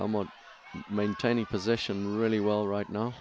more maintaining position really well right now